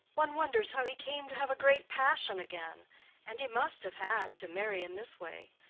one wonders how he came to have a great passion again and he must have had to marry in this way.